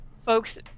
folks